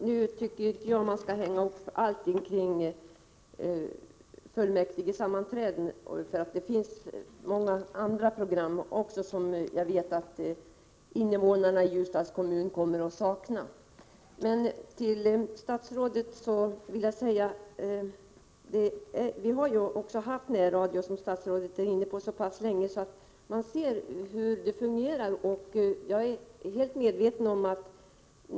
Herr talman! Jag anser inte att man skall hänga upp allt på fullmäktigesammanträdena. Det finns också många andra program som jag vet att invånarna i Ljusdals kommun kommer att sakna. Statsrådet Bengt Göransson! Vi har haft närradion så pass länge — vilket även statsrådet nämnde — att man kan se hur det hela fungerar.